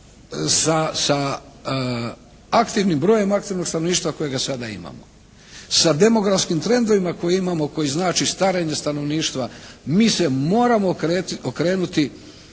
sa aktivnim brojem aktivnog stanovništva kojega sada imamo, sa demografskim trendovima koje imamo koji znači starenje stanovništva mi se moramo okrenuti